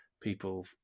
people